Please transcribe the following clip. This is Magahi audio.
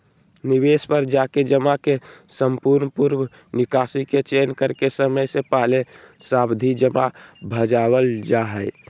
निवेश पर जाके जमा के समयपूर्व निकासी के चयन करके समय से पहले सावधि जमा भंजावल जा हय